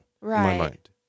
Right